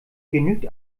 genügt